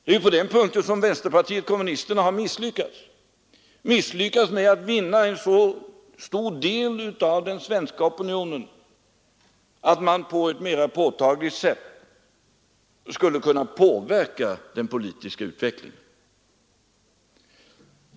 Det är på den punkten som vänsterpartiet kommunisterna har misslyckats — misslyckats med att vinna så stor del av den svenska opinionen att man på ett mer påtagligt sätt skulle kunna påverka den politiska utvecklingen.